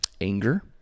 anger